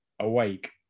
awake